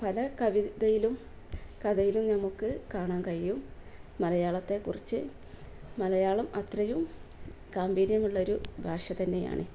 പല കവിതയിലും കഥയിലും നമുക്ക് കാണാൻ കഴിയും മലയാളത്തെ കുറിച്ച് മലയാളം അത്രയും ഗാഭീര്യമുള്ളൊരു ഭാഷ തന്നെയാണ്